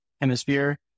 hemisphere